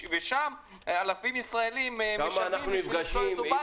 ושם אלפים של ישראלים משלמים לנסוע לדובאי